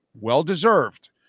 well-deserved